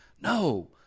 No